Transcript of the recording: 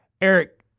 Eric